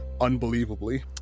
Unbelievably